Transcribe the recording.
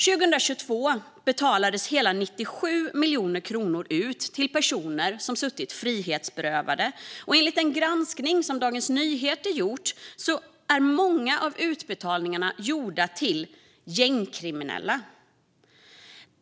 År 2022 betalades hela 97 miljoner kronor ut till personer som suttit frihetsberövade, och enligt den granskning som Dagens Nyheter gjort av utbetalningarna är många gjorda till gängkriminella.